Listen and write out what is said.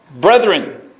brethren